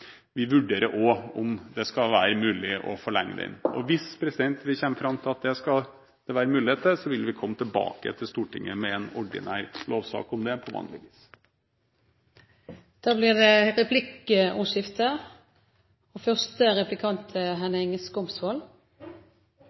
Vi vurderer også om det skal være mulig å forlenge perioden. Hvis vi kommer fram til at det skal det være mulighet til, vil vi komme tilbake til Stortinget med en ordinær lovsak om det, på vanlig vis. Det blir replikkordskifte. Fra flere fagmiljøer og